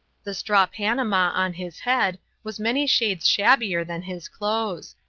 the straw panama on his head was many shades shabbier than his clothes,